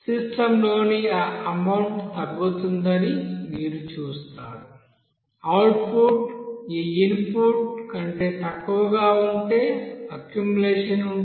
system లోని ఆ amount తగ్గుతుందని మీరు చూస్తారు అవుట్పుట్ ఈ ఇన్పుట్ కంటే తక్కువగా ఉంటే అక్యుములేషన్ ఉంటుంది